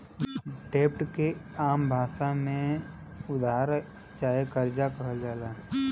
डेब्ट के आम भासा मे उधार चाहे कर्जा कहल जाला